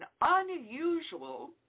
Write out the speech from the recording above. unusual